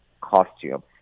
costume